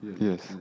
Yes